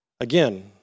Again